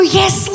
yes